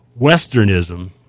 Westernism